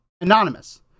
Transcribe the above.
anonymous